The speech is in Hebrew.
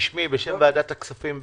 בשמי ושם ועדת הכספים,